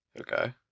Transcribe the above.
Okay